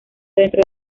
dentro